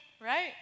right